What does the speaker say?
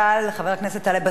חבר הכנסת טלב אלסאנע.